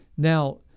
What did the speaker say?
Now